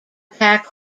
pack